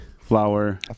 flour